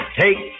take